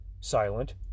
silent